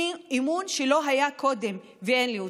אמון שלא היה קודם ואין לי אותו.